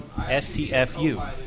STFU